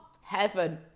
heaven